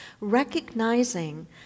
recognizing